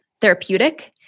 therapeutic